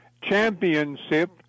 Championship